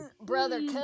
brother